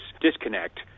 disconnect